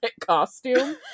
costume